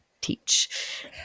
teach